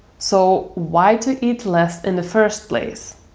so why to eat less in the first place?